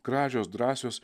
gražios drąsios